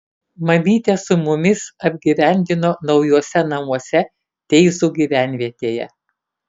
mamytę su mumis apgyvendino naujuose namuose teizų gyvenvietėje